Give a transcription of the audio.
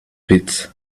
pits